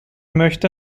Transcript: möchte